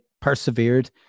persevered